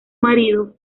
marido